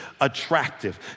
attractive